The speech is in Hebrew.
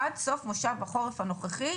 עד סוף מושב החורף הנוכחי,